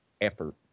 effort